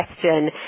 question